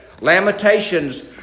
Lamentations